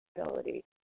ability